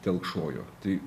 telkšojo tai